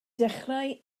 dechrau